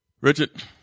Richard